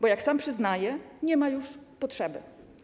Bo jak sam przyznaje, nie ma już potrzeby.